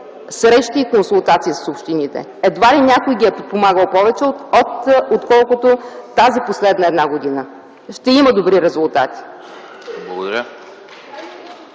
срещи и консултации с общините. Едва ли някой ги е подпомагал повече, отколкото тази последна една година. Ще има добри резултати! МЕГЛЕНА